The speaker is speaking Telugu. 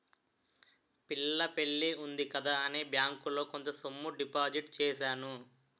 పిల్ల పెళ్లి ఉంది కదా అని బ్యాంకులో కొంత సొమ్ము డిపాజిట్ చేశాను